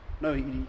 No